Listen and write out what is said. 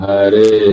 Hare